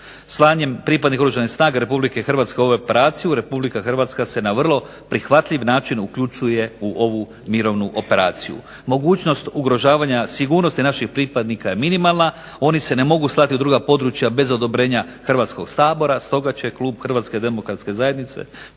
Slanjem pripadnika Oružanih snaga RH u ovu operaciju RH se na vrlo prihvatljiv način uključuje u ovu mirovnu operaciju. Mogućnost ugrožavanja sigurnosti naših pripadnika je minimalna. Oni se ne mogu slati u druga područja bez odobrenja Hrvatskog sabora, stoga će klub HDZ-a prijedlog ove odluke podržati.